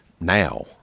Now